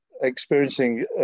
experiencing